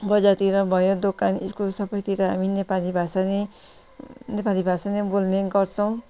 बजारतिर भयो दोकान स्कुल सबैतिर हामी नेपाली भाषानै नेपाली भाषामै बोल्ने गर्छौँ